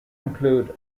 include